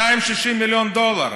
260 מיליון דולר.